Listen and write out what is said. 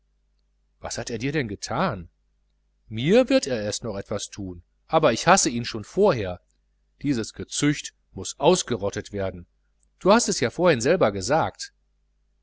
was hat er dir denn gethan mir wird er erst noch was thun aber ich hasse ihn schon vorher dieses gezücht muß ausgerottet werden du hast es ja vorhin selber gesagt